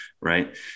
right